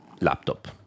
Laptop